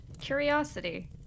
Curiosity